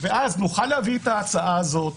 ואז נוכל להביא את ההצעה הזאת,